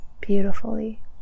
beautifully